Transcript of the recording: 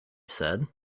said